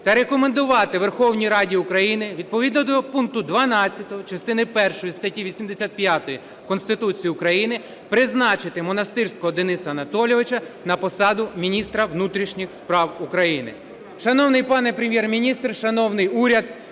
та рекомендувати Верховній Раді України відповідно до пункту 12 частини першої статті 85 Конституції України призначити Монастирського Дениса Анатолійовича на посаду міністра внутрішніх справ України.